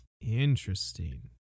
Interesting